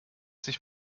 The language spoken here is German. sich